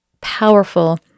powerful